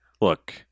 look